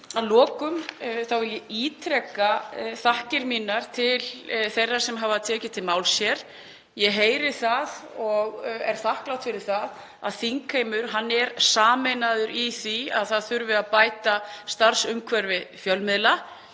lokum vil ég ítreka þakkir mínar til þeirra sem hafa tekið til máls hér. Ég heyri það og er þakklát fyrir að þingheimur sé sameinaður í því að það þurfi að bæta starfsumhverfi fjölmiðla.